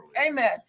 Amen